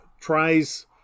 tries